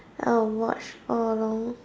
I will watch all along